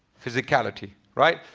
physicality, right?